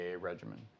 regimen